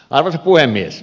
arvoisa puhemies